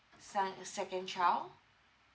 son second child